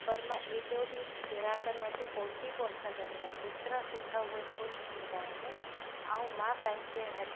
पर मां एॾो बि ग्राहकनि वटि पहुची कोन सघंदी आहियां एतिरा सुठा उहे ख़ुशि थींदा आहिनि ऐं मां पंहिंजे हथु